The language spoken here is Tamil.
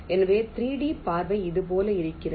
எனவே 3D பார்வை இது போல் தெரிகிறது